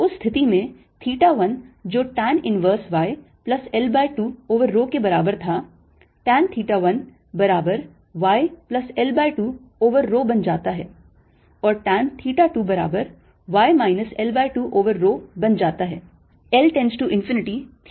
उस स्थिति में theta 1 जो tan inverse y plus L by 2 over rho के बराबर था tan theta 1 बराबर y plus L by 2 over rho बन जाता है और tan theta 2 बराबर y minus L by 2 over rho बन जाता है